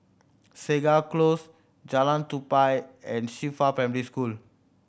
Segar Close Jalan Tupai and Qifa Primary School